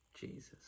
Jesus